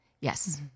Yes